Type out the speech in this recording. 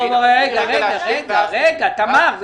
רגע, תמר.